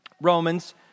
Romans